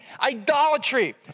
idolatry